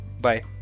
Bye